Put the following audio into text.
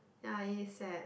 ya is sad